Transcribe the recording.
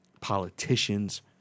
politicians